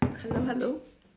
hello hello